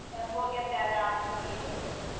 and we'll get that out immediately.